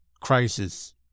crisis